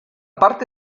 parte